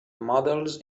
models